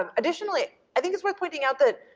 um additionally, i think it's worth pointing out that